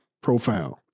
profound